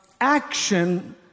action